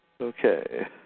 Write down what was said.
Okay